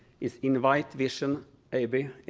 is invite vision ab.